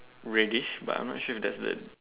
reddish but I'm not sure if that's the